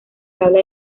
tabla